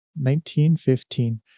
1915